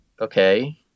okay